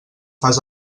fas